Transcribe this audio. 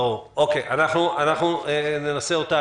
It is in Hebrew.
ברור, אנחנו ננסה אותה.